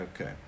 Okay